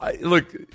Look